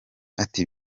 ati